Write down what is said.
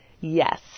Yes